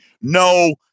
no